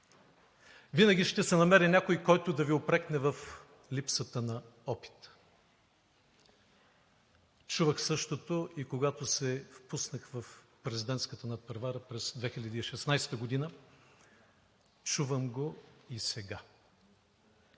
Винаги ще се намери някой, който да Ви упрекне в липсата на опит. Чувах същото, когато се впуснах в президентската надпревара през 2016 г., чувам го и сега.